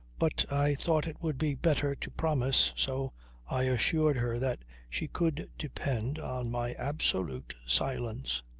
but i thought it would be better to promise. so i assured her that she could depend on my absolute silence.